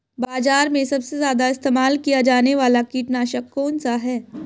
बाज़ार में सबसे ज़्यादा इस्तेमाल किया जाने वाला कीटनाशक कौनसा है?